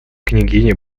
княгиня